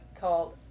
called